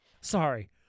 Sorry